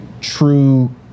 true